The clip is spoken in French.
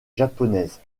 japonaises